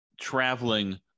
traveling